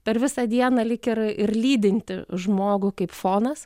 per visą dieną lyg ir ir lydinti žmogų kaip fonas